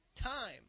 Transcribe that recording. time